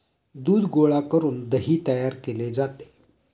दूध गोळा करून दही तयार केले जाते